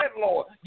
Lord